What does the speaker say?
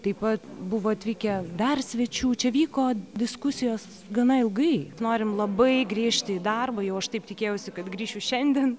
taip pat buvo atvykę dar svečių čia vyko diskusijos gana ilgai norim labai grįžti į darbą jau aš taip tikėjausi kad grįšiu šiandien